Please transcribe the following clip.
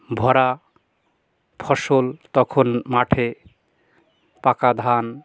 ভরা ফসল তখন মাঠে পাকা ধান